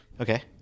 Okay